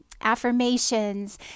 affirmations